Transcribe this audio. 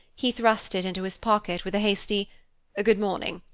he thrust it into his pocket with a hasty good morning,